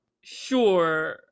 sure